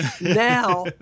Now